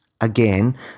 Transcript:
Again